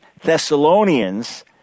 Thessalonians